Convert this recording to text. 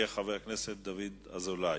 חבר הכנסת דוד אזולאי.